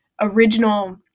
original